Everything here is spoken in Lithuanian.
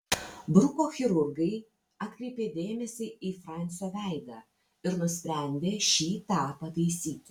bruko chirurgai atkreipė dėmesį į fransio veidą ir nusprendė šį tą pataisyti